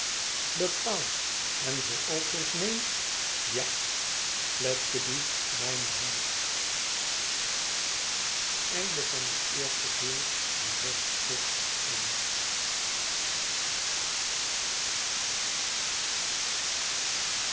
bepaald en voor altoos neen ja fledgeby mijne hand